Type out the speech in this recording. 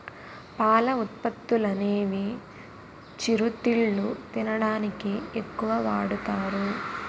పాల ఉత్పత్తులనేవి చిరుతిళ్లు తినడానికి ఎక్కువ వాడుతారు